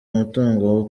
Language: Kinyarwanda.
umutungo